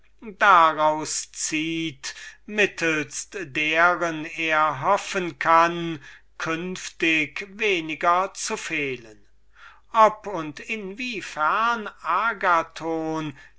darauszieht mittelst deren er hoffen kann künftig weniger zu fehlen ob und in wie fern agathon